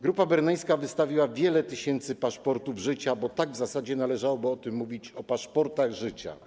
Grupa berneńska wystawiła wiele tysięcy paszportów życia, bo tak w zasadzie należałoby o tym mówić - o paszportach życia.